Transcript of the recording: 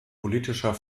politischer